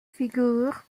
figures